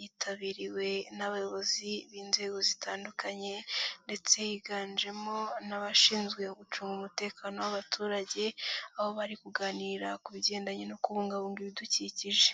yitabiriwe n'abayobozi b'inzego zitandukanye ndetse yiganjemo n'abashinzwe gucunga umutekano w'abaturage aho bari kuganira ku bigendanye no kubungabunga ibidukikije.